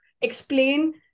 explain